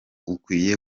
ukwiye